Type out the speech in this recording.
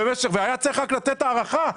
והיה צריך רק לתת הערכה.